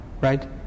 Right